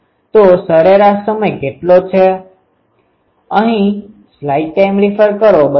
તો સમય સરેરાશ કેટલો છે